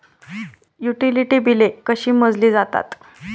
Utility बिले कशी मोजली जातात?